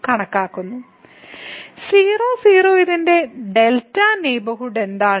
00 ഇതിന്റെ δ നെയ്ബർഹുഡ് എന്താണ്